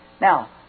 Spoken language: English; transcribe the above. Now